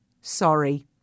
Sorry